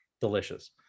Delicious